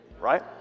right